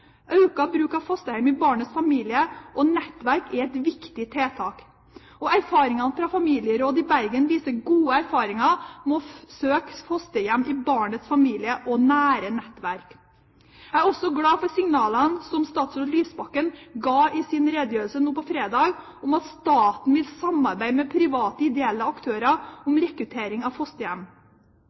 bruk av fosterhjem i barnets familie og nettverk er et viktig tiltak. Familieråd i Bergen viser til gode erfaringer med å søke fosterhjem i barnets familie og nære nettverk. Jeg er også glad for signalene som statsråd Lysbakken ga i sin redegjørelse nå på fredag om at staten vil samarbeide med private, ideelle aktører om rekruttering av fosterhjem.